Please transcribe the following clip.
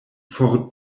for